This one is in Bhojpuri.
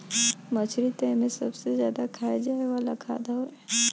मछरी तअ एमे सबसे ज्यादा खाए जाए वाला खाद्य हवे